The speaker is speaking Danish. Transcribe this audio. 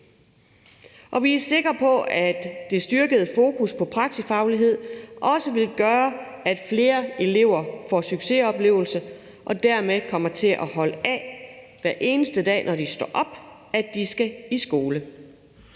Vi er sikre på, at det styrkede fokus på praksisfaglighed også vil gøre, at flere elever får succesoplevelser og dermed kommer til hver eneste dag, når de står op, at holde af, at de